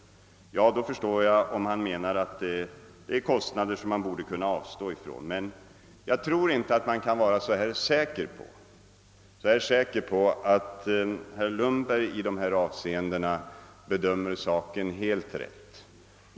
Jag förstår att han menar att det är kostnader som vi borde kunna avstå ifrån. Men jag tror inte att man kan vara så tvärsäker på att herr Lundberg bedömer saken helt rätt.